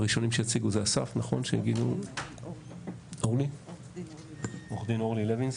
הראשונים שיציגו זה א.ס.ף, עו"ד אורלי לוינזון.